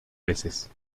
veces